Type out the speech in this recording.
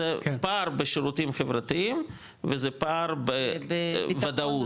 פער בשירותים חברתיים ופער בוודאות.